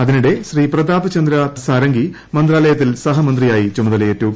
അതിനിടെ ശ്രീ പ്രതാപചന്ദ്ര സാരംഗി മന്ത്രാലയത്തിൽ സഹമന്ത്രിയായി ചുമതലയേറ്റു